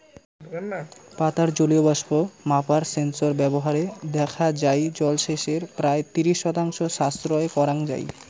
পাতার জলীয় বাষ্প মাপার সেন্সর ব্যবহারে দেখা যাই জলসেচের প্রায় ত্রিশ শতাংশ সাশ্রয় করাং যাই